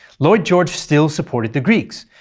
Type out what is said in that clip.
lloyd george still supported the greeks,